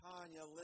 Tanya